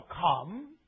come